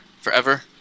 forever